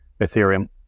ethereum